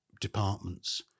departments